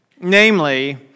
Namely